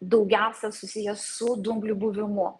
daugiausia susijęs su dumblių buvimu